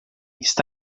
está